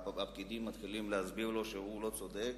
והפקידים מתחילים להסביר לו שהוא לא צודק